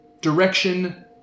Direction